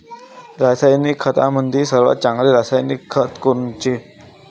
रासायनिक खतामंदी सर्वात चांगले रासायनिक खत कोनचे?